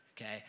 okay